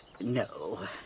No